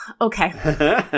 Okay